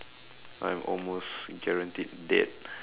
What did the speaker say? I'm almost guaranteed dead